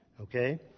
Okay